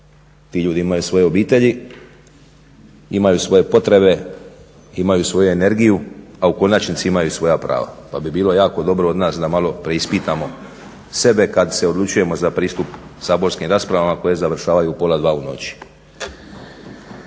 Ti ljudi imaju svoje obitelji, imaju svoje potrebe, imaju svoju energiju a u konačnici imaju i svoja prava. Pa bi bilo jako dobro od nas da malo preispitamo sebe kada se odlučujemo za pristup saborskim raspravama koje završavaju u pola dva u noći.